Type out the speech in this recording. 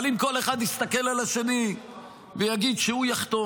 אבל אם כל אחד יסתכל על השני ויגיד: שהוא יחתום,